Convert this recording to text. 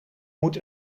moet